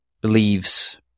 believes